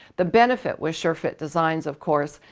the benefit with sure-fit designs of course,